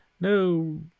No